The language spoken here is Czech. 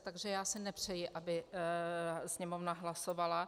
Takže já si nepřeji, aby Sněmovna hlasovala.